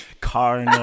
car